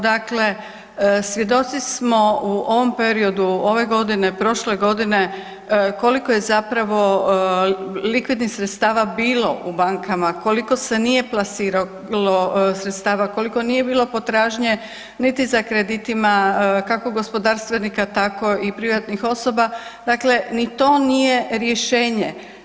Dakle, svjedoci smo u ovom periodu ove godine, prošle godine, koliko je zapravo likvidnih sredstava bilo u bankama, koliko se nije plasiralo sredstava, koliko nije bilo potražnje niti za kreditima, kako gospodarstvenika tako i privatnih osoba, dakle ni to nije rješenje.